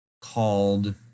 called